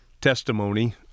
testimony